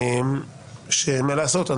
מה לעשות,